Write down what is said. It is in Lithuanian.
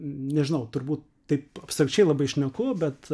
nežinau turbūt taip abstrakčiai labai šneku bet